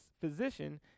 physician